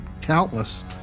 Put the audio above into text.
countless